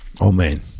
Amen